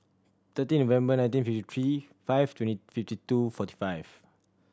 thirteen November nineteen fifty three five twenty fifty two forty five